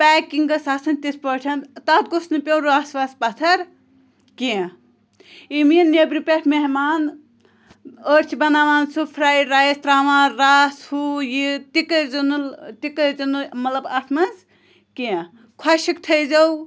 packing گٔژھس آسٕنۍ تِتھ پٲٹھۍ تَتھ گوٚژھ نہٕ پیوٚن رَس وَس پَتھر کینٛہہ یِم یِن نؠبرٕ پؠٹھ مہمان أڑۍ چھِ بَناوان سُہ فرٛایڈ رایِس ترٛاوان رَس ہُہ یہِ تہِ کٔرۍ زیو نہٕ تہِ کٔرۍ زیٚو نہٕ مطلب اَتھ منٛز کینٛہہ خۄشِک تھٲے زیو